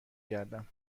گردم